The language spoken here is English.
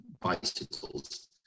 bicycles